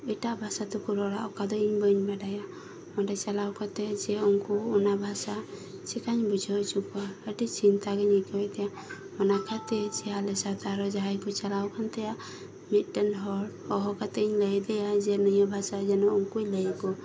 ᱮᱴᱟᱜ ᱵᱷᱟᱥᱟ ᱛᱮᱠᱚ ᱨᱚᱲᱟ ᱚᱠᱟ ᱫᱚ ᱤᱧ ᱵᱟᱹᱧ ᱵᱟᱰᱟᱭᱟ ᱚᱸᱰᱮ ᱪᱟᱞᱟᱣ ᱠᱟᱛᱮᱫ ᱡᱮ ᱩᱱᱠᱩ ᱚᱱᱟ ᱵᱷᱟᱥᱟ ᱪᱤᱠᱟᱹᱧ ᱵᱩᱡᱷᱟᱹᱣ ᱦᱚᱪᱚ ᱠᱚᱣᱟ ᱟᱹᱰᱤ ᱪᱤᱱᱛᱟᱹᱜᱮᱧ ᱟᱹᱭᱠᱟᱹᱣᱮᱫ ᱛᱟᱦᱮᱸᱱᱟ ᱚᱱᱟ ᱠᱷᱟᱹᱛᱤᱨ ᱟᱞᱮ ᱥᱟᱶᱛᱮ ᱟᱨ ᱦᱚᱸ ᱡᱟᱦᱟᱭ ᱠᱚ ᱪᱟᱞᱟᱣ ᱟᱠᱟᱱ ᱛᱟᱦᱮᱸᱱᱟ ᱢᱤᱫᱴᱮᱱ ᱦᱚᱲ ᱦᱚᱦᱚ ᱠᱟᱛᱮᱧ ᱞᱟᱹᱭ ᱟᱫᱮᱭᱟ ᱡᱮ ᱱᱤᱭᱟᱹ ᱵᱷᱟᱥᱟ ᱡᱮᱱᱚ ᱩᱱᱠᱩᱭ ᱞᱟᱹᱭ ᱟᱠᱚ